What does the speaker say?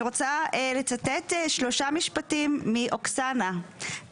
אני רוצה לצטט שלושה משפטים מאוקסנה,